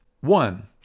One